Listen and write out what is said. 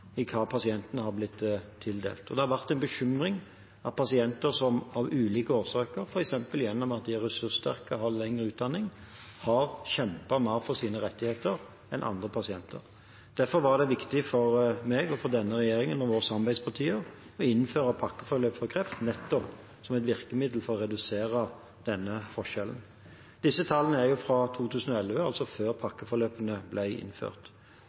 i hva pasientene har blitt tildelt. Det har vært en bekymring at noen pasienter av ulike årsaker, f.eks. at de er ressurssterke eller har lengre utdanning, har kjempet mer for sine rettigheter enn andre pasienter. Derfor var det viktig for meg, for denne regjeringen og våre samarbeidspartier, å innføre pakkeforløp for kreft, nettopp som et virkemiddel for å redusere denne forskjellen. Disse tallene er fra 2011, altså før pakkeforløpene ble innført.